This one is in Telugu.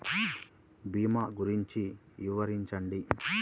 భీమా గురించి వివరించండి?